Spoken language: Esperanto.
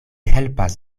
helpas